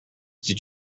did